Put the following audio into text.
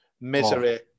misery